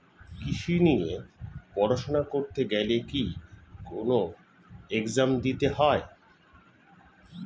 কৃষি নিয়ে পড়াশোনা করতে গেলে কি কোন এগজাম দিতে হয়?